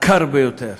הקר ביותר